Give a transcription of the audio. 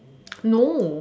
no